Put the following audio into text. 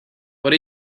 what